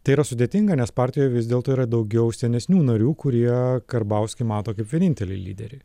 tai yra sudėtinga nes partijoj vis dėlto yra daugiau senesnių narių kurie karbauskį mato kaip vienintelį lyderį